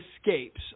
escapes